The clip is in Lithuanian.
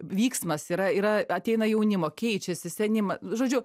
vyksmas yra yra ateina jaunimo keičiasi senimą žodžiu